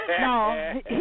No